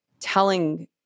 telling